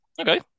Okay